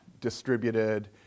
distributed